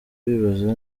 bibaza